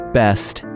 best